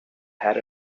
had